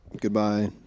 Goodbye